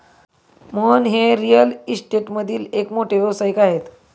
मोहन हे रिअल इस्टेटमधील एक मोठे व्यावसायिक आहेत